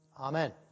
Amen